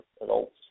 adults